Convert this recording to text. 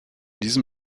diesem